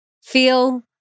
feel